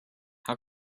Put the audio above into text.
how